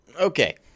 Okay